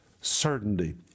certainty